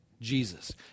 Jesus